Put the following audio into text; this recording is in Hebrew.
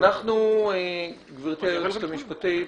גברתי היועצת המשפטית,